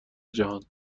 جهان